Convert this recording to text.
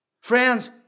Friends